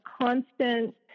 constant